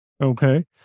Okay